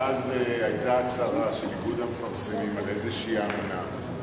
ואז היתה הצהרה של איגוד המפרסמים על איזושהי אמנה.